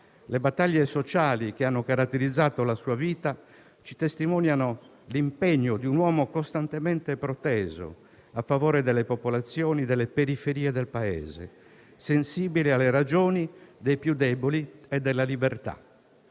Le battaglie sociali che hanno caratterizzato la sua vita testimoniano l'impegno di un uomo costantemente proteso a favore delle popolazioni e delle periferie del Paese, sensibile alle ragioni dei più deboli e della libertà.